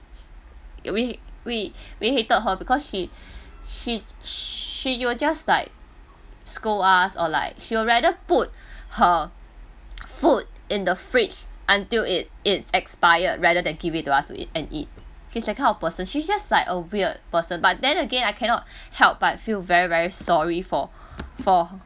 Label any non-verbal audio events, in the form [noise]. we we we hated her because she she she will just like scold us or like she will rather put her food in the fridge until it is expired rather than give it to us to eat and eat she's that kind of person she just like a weird person but then again I cannot help but feel very very sorry [noise] for [noise] for